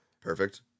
perfect